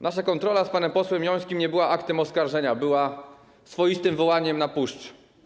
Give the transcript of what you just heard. Nasza kontrola z panem posłem Jońskim nie była aktem oskarżenia, była swoistym wołaniem na puszczy.